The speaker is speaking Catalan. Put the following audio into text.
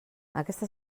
aquesta